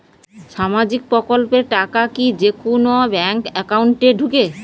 সামাজিক প্রকল্পের টাকা কি যে কুনো ব্যাংক একাউন্টে ঢুকে?